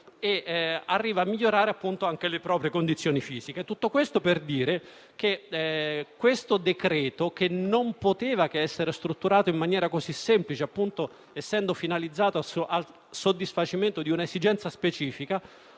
e arriva a migliorare anche le proprie condizioni fisiche. Tutto questo per dire che il decreto-legge al nostro esame, che non poteva che essere strutturato in maniera così semplice, essendo finalizzato al soddisfacimento di un'esigenza specifica,